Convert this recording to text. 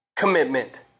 Commitment